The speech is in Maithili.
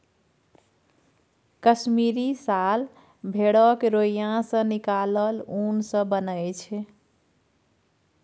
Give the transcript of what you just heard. कश्मीरी साल भेड़क रोइयाँ सँ निकलल उन सँ बनय छै